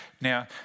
Now